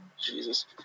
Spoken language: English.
Jesus